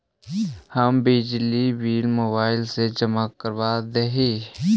हम बिजली bill mobile से जमा करवा देहियै?